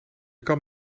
kan